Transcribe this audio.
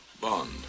Bond